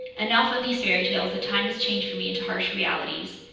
enough of these fairy tales that time has changed for me into harsh realities.